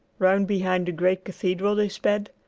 round behind the great cathedral they sped,